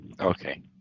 Okay